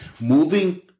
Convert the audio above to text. moving